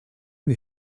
lui